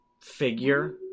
figure